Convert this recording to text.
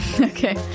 Okay